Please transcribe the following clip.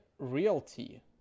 realty